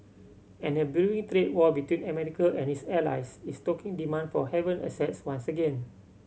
and a brewing trade war between America and its allies is stoking demand for haven assets once again